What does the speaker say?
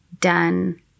done